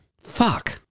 Fuck